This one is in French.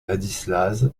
ladislas